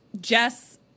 Jess